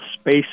space